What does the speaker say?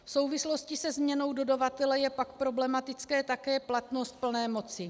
V souvislosti se změnou dodavatele je pak problematická také platnost plné moci.